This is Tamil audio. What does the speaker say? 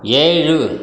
ஏழு